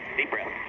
deep breath.